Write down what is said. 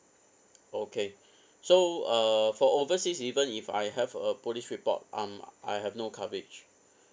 okay so uh for overseas even if I have a police report um I have no coverage